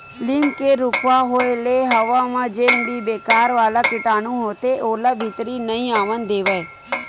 लीम के रूखवा होय ले हवा म जेन भी बेकार वाला कीटानु होथे ओला भीतरी नइ आवन देवय